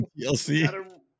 DLC